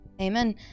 Amen